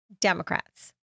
Democrats